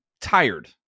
tired